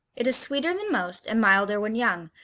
it is sweeter than most and milder when young,